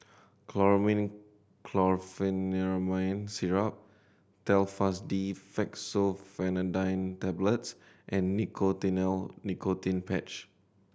Chlormine Chlorpheniramine Syrup Telfast D Fexofenadine Tablets and Nicotinell Nicotine Patch